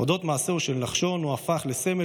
הודות למעשהו של נחשון הוא הפך לסמל